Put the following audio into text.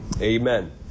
Amen